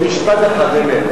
במשפט אחד באמת.